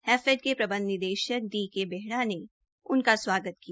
हैफेड के प्रबंध निदेशक डी के बेहड़ा ने उनका स्वागत किया